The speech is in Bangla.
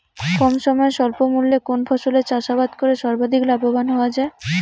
কম সময়ে স্বল্প মূল্যে কোন ফসলের চাষাবাদ করে সর্বাধিক লাভবান হওয়া য়ায়?